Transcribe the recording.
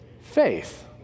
Faith